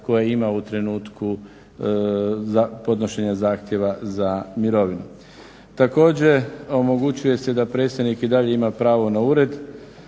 koje ima u trenutku podnošenja zahtjeva za mirovinu. Također, omogućuje se da predsjednik i dalje ima pravo na ured,